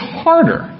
harder